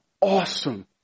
awesome